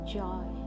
joy